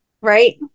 right